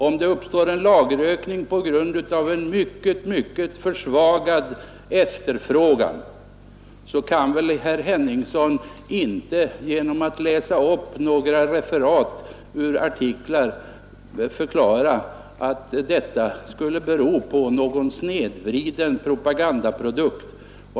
Om det uppstår en lagerökning på grund av en mycket försvagad efterfrågan, kan herr Henningsson inte genom att läsa upp några referat av anföranden leda i bevis att detta skulle vara följden av en snedvriden propaganda.